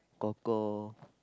kor kor